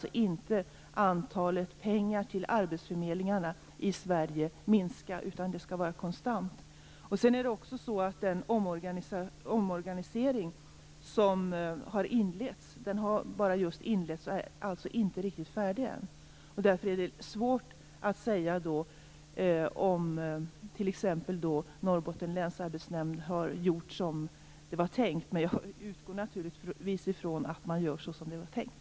Men totalt skall summan pengar till arbetsförmedlingarna i Sverige minska, utan den skall vara konstant. Omorganisationen har just inletts och är alltså inte riktigt färdig än. Därför är det svårt att säga om t.ex. Norrbottens länsarbetsnämnd har gjort som det var tänkt, men jag utgår naturligtvis från att man gör som det var tänkt.